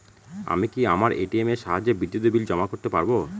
আমি কি আমার এ.টি.এম এর সাহায্যে বিদ্যুতের বিল জমা করতে পারব?